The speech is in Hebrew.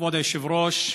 כבוד היושב-ראש,